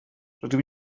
rydw